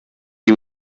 iyi